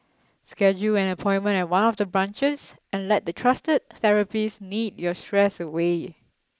schedule an appointment at one of the branches and let the trusted therapists knead your stress away